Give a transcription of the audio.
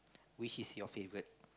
which is your favourite